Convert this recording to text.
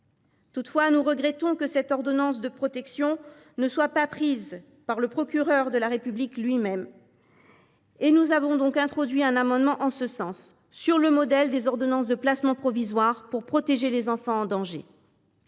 Toutefois, nous regrettons que cette ordonnance provisoire de protection ne soit pas prise par le procureur de la République lui même. Nous avons donc déposé un amendement en ce sens, sur le modèle des ordonnances de placement provisoire visant à protéger les enfants en danger.